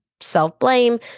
self-blame